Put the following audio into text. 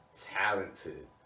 talented